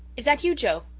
is that you, joe?